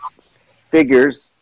figures